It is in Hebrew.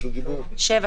7,